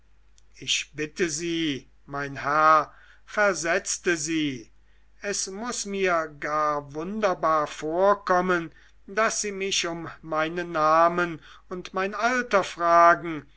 ich bitte sie mein herr versetzte sie es muß mir gar wunderbar vorkommen daß sie mich um meinen namen und mein alter fragen